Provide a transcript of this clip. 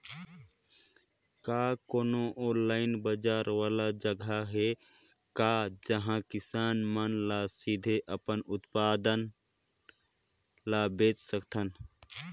का कोनो ऑनलाइन बाजार वाला जगह हे का जहां किसान मन ल सीधे अपन उत्पाद ल बेच सकथन?